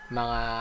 mga